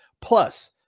plus